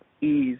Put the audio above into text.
ease